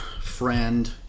friend